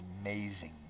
amazing